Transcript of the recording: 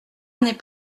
n’est